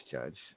Judge